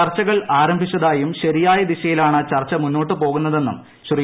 ചർച്ചകൾ ആരംഭിച്ചതായും ശരിയായ ദിശയിലാണ് ചർച്ച മുന്നോട്ട് പോകുന്നതെന്നും ശ്രീ